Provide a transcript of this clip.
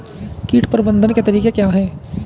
कीट प्रबंधन के तरीके क्या हैं?